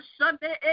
Sunday